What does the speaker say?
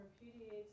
repudiates